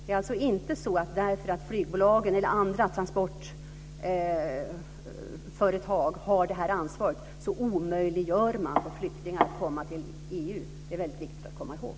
Bara för att flygbolag och andra transportföretag har det här ansvaret omöjliggör man alltså inte för flyktingar att komma till EU. Det är väldigt viktigt att komma ihåg.